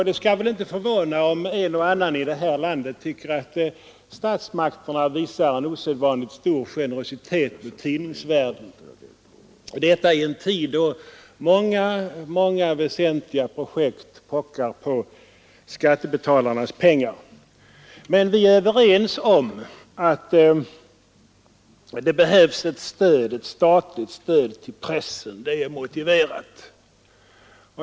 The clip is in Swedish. Det skall väl inte förvåna om en och annan i det här landet tycker att statsmakterna visar en osedvanligt stor generositet mot tidningsvärlden, och detta i en tid då många väsentliga projekt pockar på skattebetalarnas pengar. Vi är emellertid överens om att det behövs ett statligt stöd till pressen. Det är motiverat.